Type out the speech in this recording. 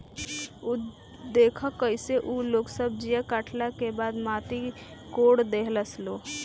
उ देखऽ कइसे उ लोग सब्जीया काटला के बाद माटी कोड़ देहलस लो